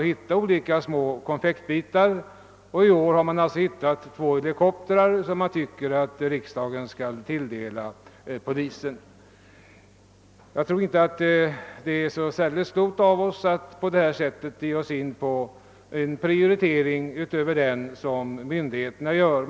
Där finns ju olika små konfektbitar, och i år har man funnit två helikoptrar som man tycker att riksdagen skall tilldela polisen. Jag tror inte att det vore särdeles klokt av oss att på detta sätt ge oss in på en prioritering utöver den som myndigheterna gör.